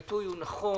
העיתוי הוא נכון.